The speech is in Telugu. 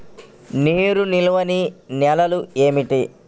నీరు నిలువని నేలలు ఏమిటి?